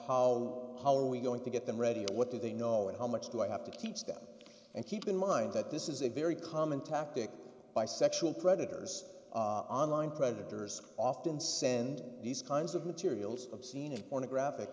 about how are we going to get them ready what do they know and how much do i have to teach them and keep in mind that this is a very common tactic by sexual predators online predators often send these kinds of materials of scene and pornographic